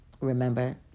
remember